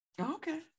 Okay